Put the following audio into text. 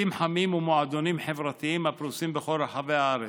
בתים חמים ומועדונים חברתיים הפרוסים בכל רחבי הארץ.